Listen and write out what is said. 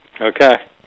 Okay